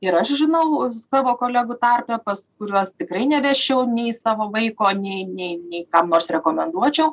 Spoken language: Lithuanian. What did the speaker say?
ir aš žinau savo kolegų tarpe pas kuriuos tikrai nevesčiau nei savo vaiko nei nei nei kam nors rekomenduočiau